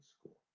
school